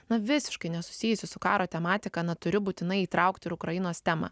na visiškai nesusijusį su karo tematika na turi būtinai įtraukti ir ukrainos temą